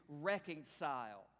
reconcile